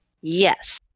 yes